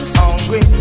hungry